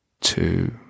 Two